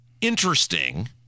interesting